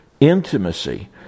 intimacy